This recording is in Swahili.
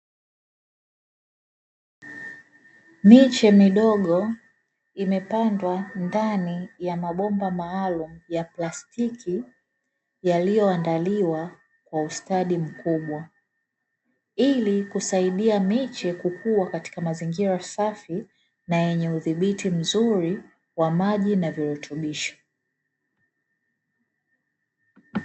Miche midogo imepandwa ndani ya mabomba maalumu ya plastiki yaliyoandaliwa kwa ustadi mkubwa, ili kusaidia miche kukua katika mazingira safi na yenye udhibiti mzuri wa maji na virutubisho.